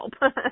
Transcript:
help